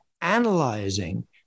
analyzing